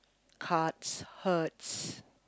hearts hurts